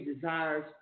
desires